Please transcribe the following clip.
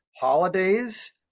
Holidays